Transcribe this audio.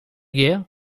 guerre